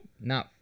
No